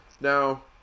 Now